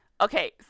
Okay